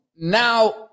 Now